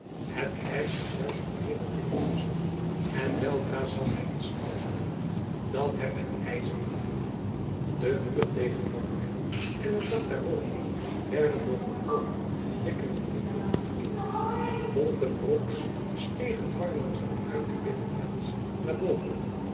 het krijgsgedruisch vermeerderde intusschen en weldra zag hij een schouwspel dat hem met ijzing vervulde de muur tegenover hem en het dak daarboven werden door een rooden flikkerenden vuurgloed verlicht wolken rooks stegen dwarrelend van uit de binnenplaats naar boven